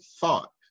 thought